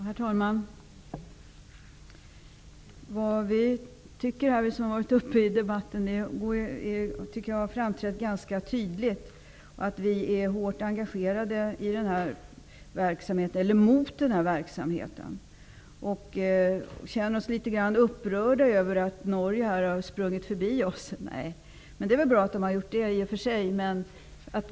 Herr talman! Vad vi som har varit uppe i debatten tycker har framgått ganska tydligt. Vi är hårt engagerade i kampen mot den här verksamheten. Vi känner oss upprörda över att Norge har sprungit förbi oss -- nej, det gör vi väl inte; det är i och för sig bra.